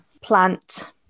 plant